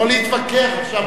לא להתווכח עכשיו.